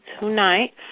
tonight